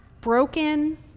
broken